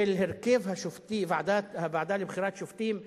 של הרכב הוועדה לבחירת שופטים נעשה,